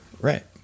Right